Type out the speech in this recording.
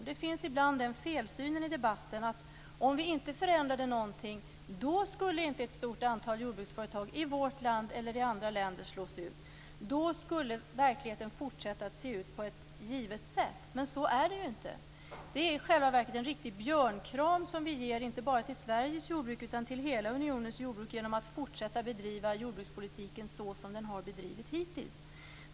Det finns ibland felsynen i debatten att om vi inte förändrar någonting skulle inte ett stort antal jordbruksföretag i vårt land eller i andra länder slås ut. Då skulle verkligheten fortsätta att se ut på ett givet sätt. Så är det inte. Vi ger en riktig björnkram inte bara till Sveriges jordbruk utan också till hela unionens jordbruk genom att fortsätta bedriva jordbrukspolitiken så som den har bedrivits hittills.